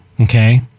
Okay